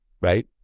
Right